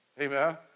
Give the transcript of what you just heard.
Amen